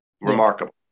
Remarkable